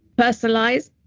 personalized.